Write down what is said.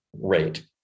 rate